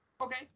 Okay